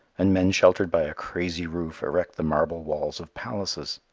and men sheltered by a crazy roof erect the marble walls of palaces.